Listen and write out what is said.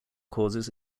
causes